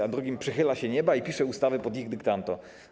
A drugim przychyla się nieba i pisze ustawę pod ich dyktando.